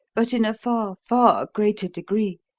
but in a far, far greater degree.